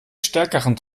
stärkeren